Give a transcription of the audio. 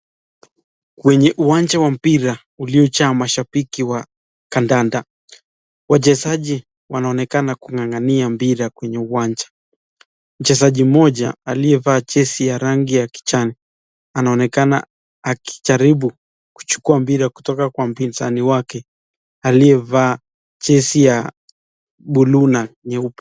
Kwenye uwanja wa mpira, uliojaa mashabiki wa kadanda, wachezaji wanaonekana kung'ang'ania mpira kwenye uwanja, mchezaji mmoja aliyevaa jezi ya rangi ya kijani, anaonekana akijaribu kuchukua mpira kutoka kwa mpinzani wake, aliyevaa jezi ya buluu na nyeupe.